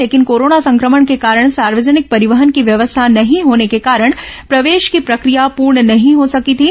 लेकिन कोरोना संक्रमण के कारण सार्वजनिक परिवहन की व्यवस्था नहीं होने के कारण प्रवेश की प्रक्रिया पूर्ण नहीं हो सकी थी